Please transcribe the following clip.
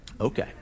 Okay